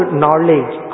knowledge